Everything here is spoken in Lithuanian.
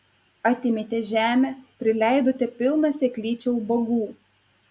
atėmėte žemę prileidote pilną seklyčią ubagų